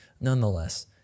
Nonetheless